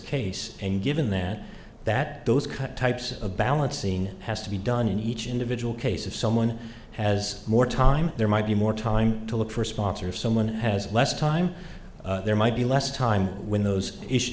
case and given that that those ca types of balancing has to be done in each individual case of someone has more time there might be more time to look for response or someone has less time there might be less time when those issue